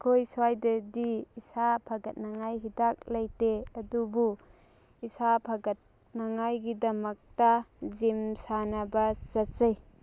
ꯑꯩꯈꯣꯏ ꯁ꯭ꯋꯥꯏꯗꯗꯤ ꯏꯁꯥ ꯐꯒꯠꯅꯤꯉꯥꯏ ꯍꯤꯗꯥꯛ ꯂꯩꯇꯦ ꯑꯗꯨꯕꯨ ꯏꯁꯥ ꯐꯥꯒꯠꯅꯤꯉꯥꯏꯒꯤꯗꯃꯛꯇ ꯖꯤꯝ ꯁꯥꯟꯅꯕ ꯆꯠꯆꯩ